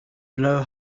blow